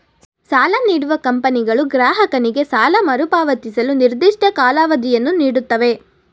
ಸಾಲ ನೀಡುವ ಕಂಪನಿಗಳು ಗ್ರಾಹಕನಿಗೆ ಸಾಲ ಮರುಪಾವತಿಸಲು ನಿರ್ದಿಷ್ಟ ಕಾಲಾವಧಿಯನ್ನು ನೀಡುತ್ತವೆ